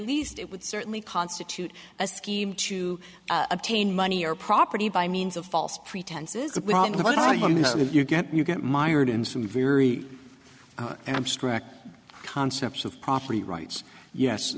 least it would certainly constitute a scheme to obtain money or property by means of false pretenses if you get mired in some very abstract concepts of property rights yes